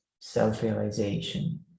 self-realization